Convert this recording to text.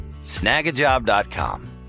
Snagajob.com